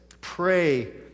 pray